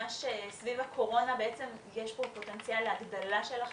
שסביב הקורונה יש פה פוטנציאל להגדלה של החיכוך.